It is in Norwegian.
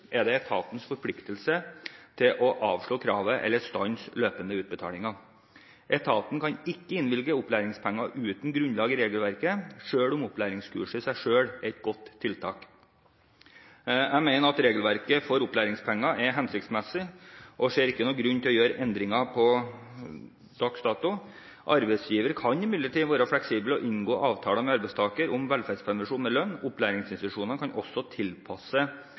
er etaten forpliktet til å avslå kravet eller stanse løpende utbetalinger. Etaten kan ikke innvilge opplæringspenger uten grunnlag i regelverket, selv om opplæringskurset i seg selv er et godt tiltak. Jeg mener at regelverket for opplæringspenger er hensiktsmessig, og ser ikke noen grunn til å gjøre endringer per dags dato. Arbeidsgiver kan imidlertid være fleksibel og inngå avtaler med arbeidstaker om velferdspermisjon med lønn, og opplæringsinstitusjonene kan også tilpasse